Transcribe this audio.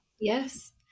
Yes